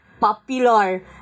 Popular